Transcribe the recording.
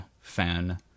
fan